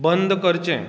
बंद करचें